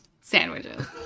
sandwiches